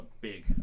big